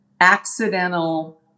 accidental